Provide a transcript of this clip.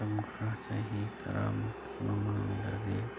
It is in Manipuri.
ꯃꯇꯝ ꯈꯔ ꯆꯍꯤ ꯇꯔꯥꯃꯨꯛꯀꯤ ꯃꯃꯥꯡꯗꯗꯤ